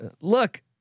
Look